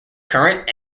current